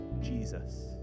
Jesus